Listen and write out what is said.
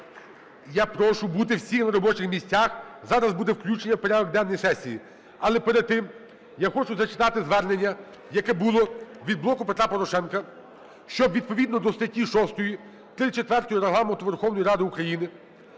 Я прошу бути всіх на робочих місцях, зараз буде включення в порядок денний сесії. Але перед тим я хочу зачитати звернення, яке було від "Блоку Петра Порошенка", що відповідно до статті 6, 34 Регламенту Верховної Ради України